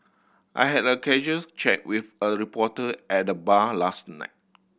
Ihad a casuals chat with a reporter at the bar last night